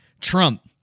Trump